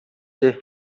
дээ